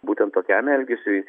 būtent tokiam elgesiui